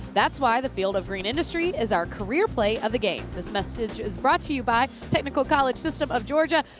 that's why the field of green industry is our career play of the game. this message is brought to you by technical college system of georgia.